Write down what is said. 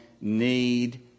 need